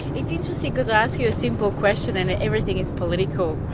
it's interesting because i ask you a simple question, and everything is political.